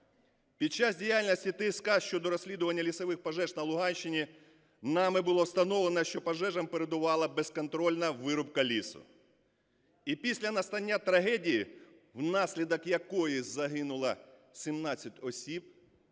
Під час діяльності ТСК щодо розслідування лісових пожеж на Луганщині нами було встановлено, що пожежам передувала безконтрольна вирубка лісу. І після настання трагедії, внаслідок якої загинули 17 осіб,